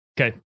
Okay